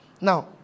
Now